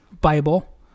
Bible